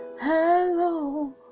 Hello